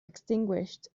extinguished